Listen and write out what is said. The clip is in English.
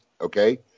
okay